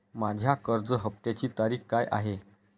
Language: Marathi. माझ्या कर्ज हफ्त्याची तारीख काय आहे?